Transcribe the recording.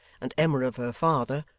and emma of her father,